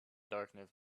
darkness